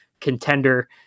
contender